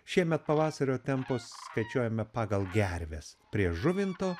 šiemet pavasario tempus skaičiuojame pagal gerves prie žuvinto